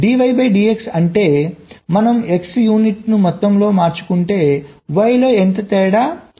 dy dx అంటే మనం x ను యూనిట్ మొత్తంతో మార్చుకుంటే y లో ఎంత తేడా ఉంటుంది